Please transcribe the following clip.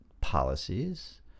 policies